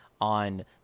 on